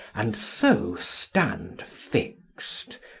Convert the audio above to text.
and so stand fix'd.